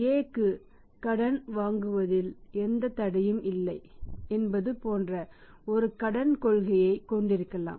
A க்கு கடன் வழங்குவதில் எந்த தடையும் இல்லை என்பது போன்ற ஒரு கடன் கொள்கையை கொண்டிருக்கலாம்